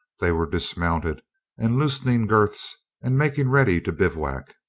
they were dismounted and loosening girths, and making ready to bivouac.